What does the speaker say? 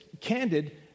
candid